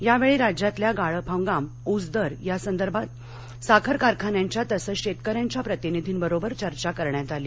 यावेळी राज्यातला गाळप हंगाम ऊसदर या संदर्भात साखर कारखान्यांच्या तसंच शेतकऱ्यांच्या प्रतिनिधींबरोबर चर्चा करण्यात आली